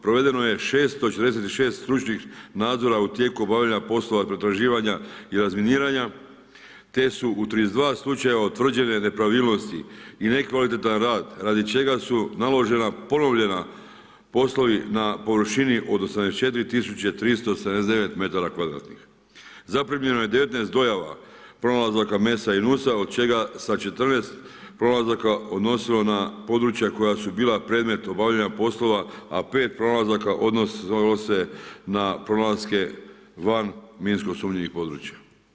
Provedeno je 646 stručnih nadzora u tijeku obavljanja poslova pretraživanja i razminiranja, te su u 32 slučajeva utvrđene nepravilna osti i nekvalitetan rad radi čega su naložena ponovljeni poslovi na površini od 84 tisuće 379 metara kvadratnih. zaprimljeno je 19 dojava, pronalazaka … od čega se 14 pronalazaka odnosilo na područja koja su bila predmet obavljanja poslova, a 5 pronalazaka odnose se na pronalaske van minsko sumnjivih područja.